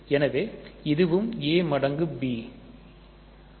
எனவே இதுவும் a மடங்கு b